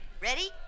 Ready